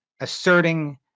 asserting